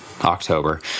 October